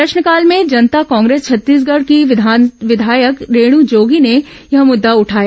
प्रश्नकाल में जनता कांग्रेस छत्तीसगढ़ की विधायक रेणु जोगी ने यह मुद्दा उठाया